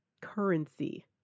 currency